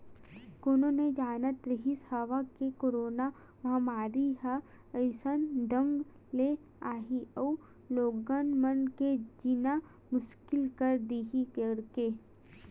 कोनो नइ जानत रिहिस हवय के करोना महामारी ह अइसन ढंग ले आही अउ लोगन मन के जीना मुसकिल कर दिही कहिके